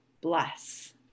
bless